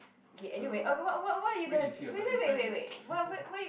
so where do you see yourself in five years